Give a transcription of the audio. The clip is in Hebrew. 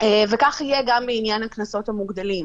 וכך יהיה גם בעניין הקנסות המוגדלים.